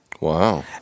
Wow